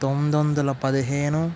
తొమ్మిది వందల పదిహేను